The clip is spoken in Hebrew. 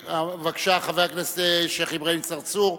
בבקשה, חבר הכנסת שיח' אברהים צרצור,